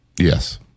Yes